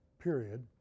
period